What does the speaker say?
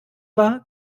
war